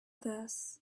this